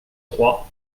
trois